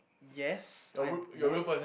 yes I would